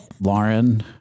Lauren